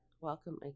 welcome